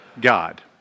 God